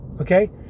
Okay